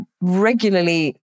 regularly